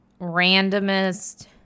randomest